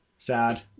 Sad